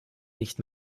nicht